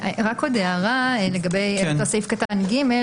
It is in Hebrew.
עוד הערה לגבי סעיף קטן (ג).